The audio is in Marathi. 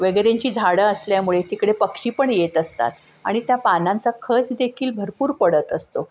वगैरेंची झाडं असल्यामुळे तिकडे पक्षी पण येत असतात आणि त्या पानांचा खच देखील भरपूर पडत असतो